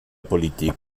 politik